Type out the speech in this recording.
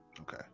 okay